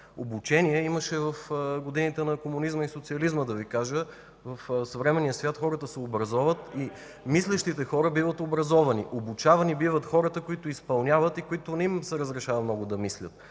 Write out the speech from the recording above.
Обучение имаше в годините на комунизма и социализма, да Ви кажа. В съвременния свят хората се образоват (реплики от БСП ЛБ) и мислещите хора биват образовани. Обучавани биват хората, които изпълняват и не им се разрешава много да мислят.